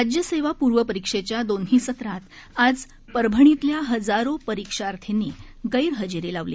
राज्य सेवा पूर्व परिक्षेच्या दोन्ही सत्रात आज परभणीतल्या हजारो परीक्षार्थिनी गैरहजेरी लावले